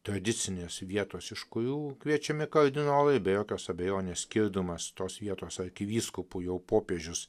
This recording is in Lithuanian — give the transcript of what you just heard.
tradicinės vietos iš kurių kviečiami kardinolai be jokios abejonės skirdamas tos vietos arkivyskupu jau popiežius